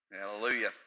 Hallelujah